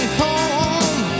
home